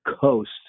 Coast